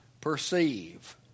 perceive